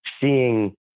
seeing